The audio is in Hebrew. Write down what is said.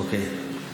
אוקיי.